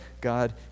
God